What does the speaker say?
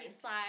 slide